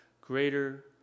Greater